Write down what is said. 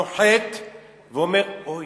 נוחת ואומר: אוי,